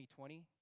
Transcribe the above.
2020